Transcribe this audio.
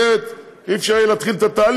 אחרת לא יהיה אפשר להתחיל את התהליך,